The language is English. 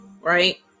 right